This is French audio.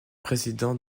président